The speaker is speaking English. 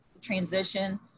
transition